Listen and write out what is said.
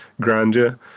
grandeur